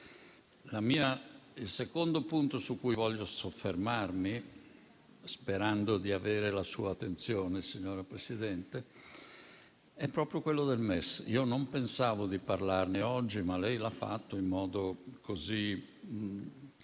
Il secondo punto su cui voglio soffermarmi, sperando di avere la sua attenzione, signor Presidente, è proprio quello del MES. Non pensavo di parlarne oggi, ma lei lo ha fatto in modo così